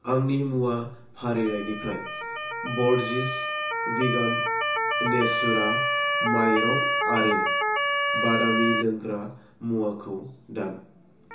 आंनि मुवा फारिलाइनिफ्राय ब'रजिस विगान नेसुरा माइरं आरो बादामि लोंग्रा मुवाखौ दान